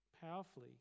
powerfully